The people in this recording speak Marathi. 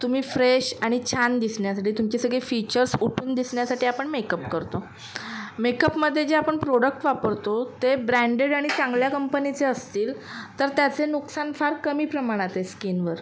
तुम्ही फ्रेश आणि छान दिसण्यासाठी तुमची सगळी फीचर्स उठून दिसण्यासाठी आपण मेकअप करतो मेकअपमदे जे आपण प्रोडक्ट वापरतो ते ब्रँडेड आणि चांगल्या कंपनीचे असतील तर त्याचे नुकसान फार कमी प्रमाणात ए स्किनवर